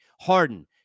Harden